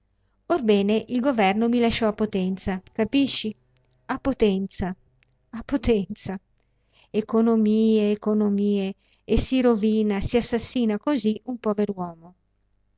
orbene il governo mi lasciò a potenza capisci a potenza a potenza economie economie e si rovina si assassina così un pover uomo